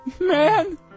Man